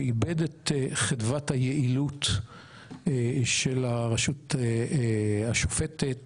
שאיבד את חדוות היעילות של הרשות השופטת,